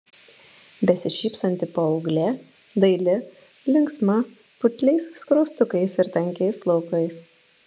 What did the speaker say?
besišypsanti paauglė daili linksma putliais skruostukais ir tankiais plaukais